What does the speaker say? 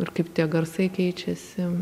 ir kaip tie garsai keičiasi